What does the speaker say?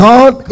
God